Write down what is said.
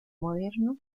moderno